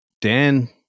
Dan